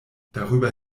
darüber